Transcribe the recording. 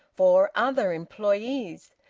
four other employees.